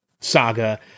saga